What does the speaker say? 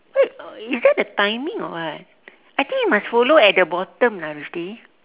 wait is that the timing or what I think you must follow at the bottom lah rushdi